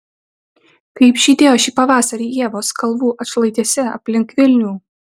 kaip žydėjo šį pavasarį ievos kalvų atšlaitėse aplink vilnių